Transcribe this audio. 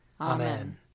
Amen